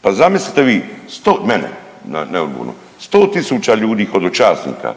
Pa zamislite vi … 100.000 ljudi hodočasnika